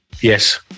Yes